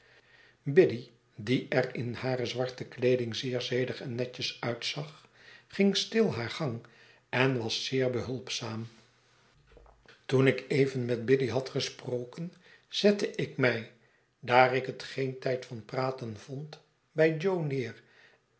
die er in hare zwarte kleeding zeer zedig en netjes uitzag ging stil haar gang en was zeer behulpzaam toen ik even met biddy had gesproken zette ik mij daar ik het geen be beguafenismuner zuster tijd van praten vond by jo neer